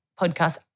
podcast